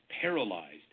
paralyzed